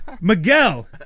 Miguel